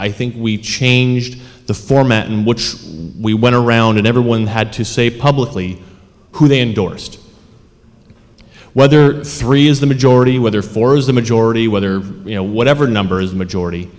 i think we changed the format in which we went around and everyone had to say publicly who they endorsed whether three is the majority whether four is the majority whether you know whatever number is majority